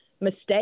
mistake